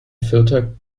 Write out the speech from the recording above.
filter